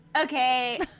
Okay